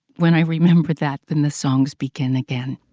when i remember that, then the songs begin again.